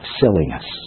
silliness